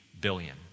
billion